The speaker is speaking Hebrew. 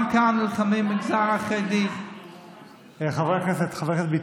גם כאן נלחמים במגזר החרדי חברי הכנסת,